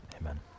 Amen